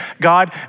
God